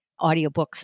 audiobooks